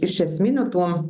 iš esminių tų